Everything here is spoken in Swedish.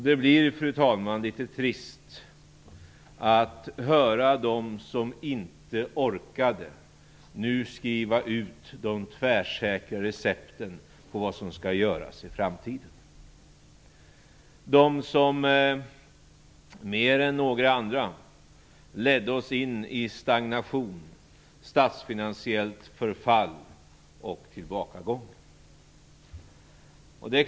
Det blir, fru talman, litet trist att höra dem som då inte orkade nu skriva ut tvärsäkra recept på vad som skall göras i framtiden, dem som mer än några andra ledde oss in i stagnation, statsfinansiellt förfall och tillbakagång.